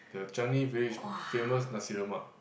the Changi Village famous Nasi-Lemak